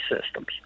systems